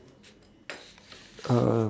uh